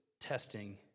testing